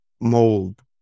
mold